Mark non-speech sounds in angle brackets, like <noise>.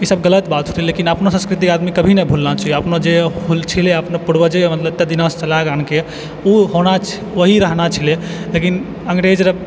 ई सब गलत बात छै लेकिन अपनो संस्कृतिके आदमी थोड़ही ने भुलना छै जे अपनो जे <unintelligible> पुर्वजे मतलब एते दिनासँ छलाह आन के ओ छलै वही रहना छलै लेकिन अङ्ग्रेज